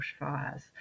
bushfires